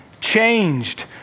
changed